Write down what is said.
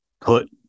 put